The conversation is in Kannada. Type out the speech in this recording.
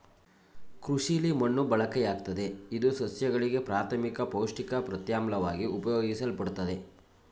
ಕೃಷಿಲಿ ಮಣ್ಣು ಬಳಕೆಯಾಗ್ತದೆ ಇದು ಸಸ್ಯಗಳಿಗೆ ಪ್ರಾಥಮಿಕ ಪೌಷ್ಟಿಕ ಪ್ರತ್ಯಾಮ್ಲವಾಗಿ ಉಪಯೋಗಿಸಲ್ಪಡ್ತದೆ